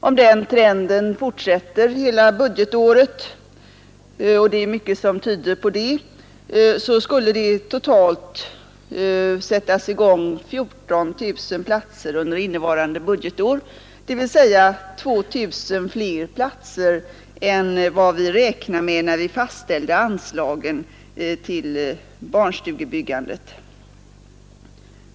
Om den trenden fortsätter hela budgetåret — och det är mycket som tyder på att den kommer att göra det — skulle det totalt sättas i gång byggande av 14 000 platser under innevarande budgetår, dvs. 2 000 fler platser än vad vi räknade med när vi fastställde anslagen till barnstugebyggandet.